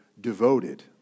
devoted